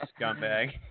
Scumbag